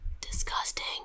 disgusting